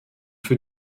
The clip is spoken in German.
für